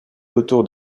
autour